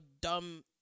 dumb